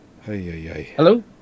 hello